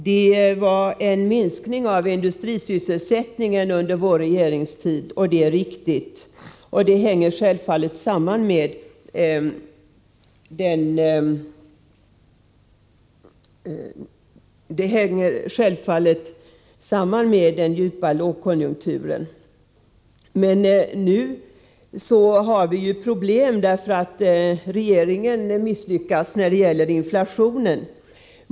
Det var en minskning av industrisysselsättningen under vår regeringstid — det är riktigt. Det hänger självfallet samman med den djupa lågkonjunkturen. Nu har vi problem också därför att regeringen misslyckas med bekämpandet av inflationen.